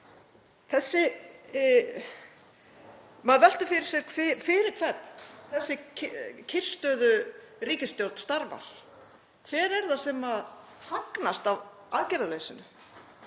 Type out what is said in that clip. Maður veltir fyrir sér fyrir hvern þessi kyrrstöðuríkisstjórn starfar. Hver er það sem hagnast á aðgerðaleysinu?